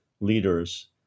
leaders